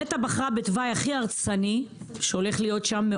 נת"ע בחרה בתוואי הכי הרסני שהולך להיות שם,